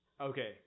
Okay